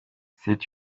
c’est